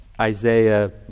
Isaiah